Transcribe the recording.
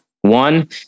one